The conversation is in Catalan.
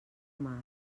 mar